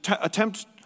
attempt